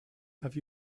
have